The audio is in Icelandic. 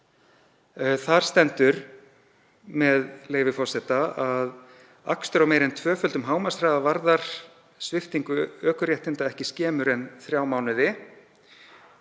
Þar stendur, með leyfi forseta, að akstur á meira en tvöföldum hámarkshraða varði sviptingu ökuréttinda ekki skemur en þrjá mánuði.